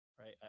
right